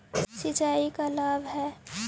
सिंचाई का लाभ है?